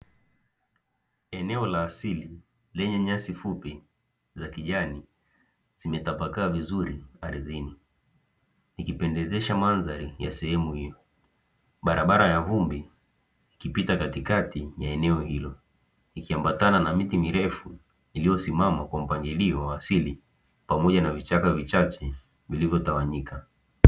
Eneo la asili lenye nyasi fupi za kijani zimetapakaa vizuri aridhini, ikipendezesha mandhari ya sehemu hiyo. Barabara ya vumbi ikipita katikati ya eneo hilo ikiambatana na miti mirefu iliyosimama kwa mpangilio wa asili pamoja na vichaka vichache vilivyotawanyika.